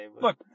Look